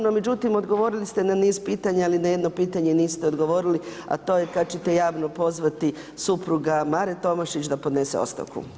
No međutim, odgovorili ste na niz pitanja, ali na jedno pitanje niste odgovorili a to je kad ćete javno pozvati supruga Mare Tomašić da podnese ostavku.